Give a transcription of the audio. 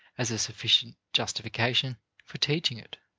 as a sufficient justification for teaching it.